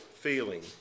feeling